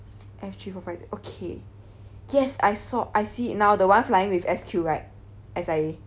F three four five okay yes I saw I see now the one flying with S_Q right S_I_A